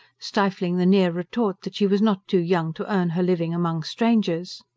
stifling the near retort that she was not too young to earn her living among strangers.